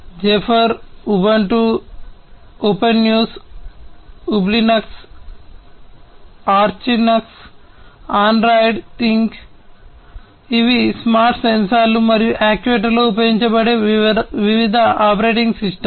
జెఫిర్ Ubuntu openSUSE ఉబ్లినక్స్ Arch Linux Android thing ఇవి స్మార్ట్ సెన్సార్లు మరియు యాక్యుయేటర్లలో ఉపయోగించబడే వివిధ ఆపరేటింగ్ సిస్టమ్స్